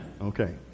Okay